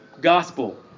gospel